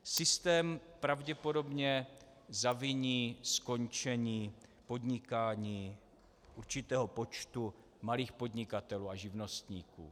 Systém pravděpodobně zaviní skončení podnikání určitého počtu malých podnikatelů a živnostníků.